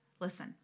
Listen